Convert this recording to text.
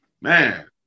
Man